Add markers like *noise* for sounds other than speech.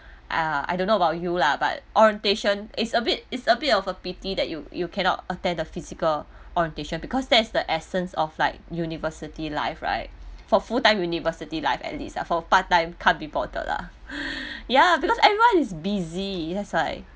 ah I don't know about you lah but orientation it's a bit it's a bit of a pity that you you cannot attend the physical orientation because that is the essence of like university life right for full time university life at least lah for part time can't be bothered lah *breath* ya because everyone is busy that's why